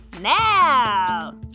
now